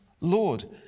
Lord